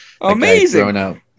Amazing